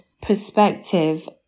perspective